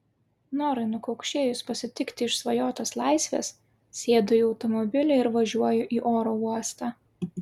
norai nukaukšėjus pasitikti išsvajotos laisvės sėdu į automobilį ir važiuoju į oro uostą